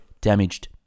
damaged